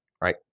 right